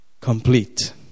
complete